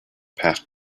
passed